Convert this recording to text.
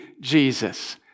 Jesus